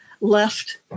left